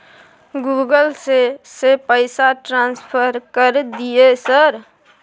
Google से से पैसा ट्रांसफर कर दिय सर?